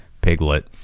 Piglet